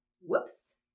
Whoops